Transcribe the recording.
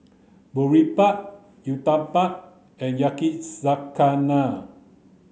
Boribap Uthapam and Yakizakana